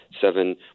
seven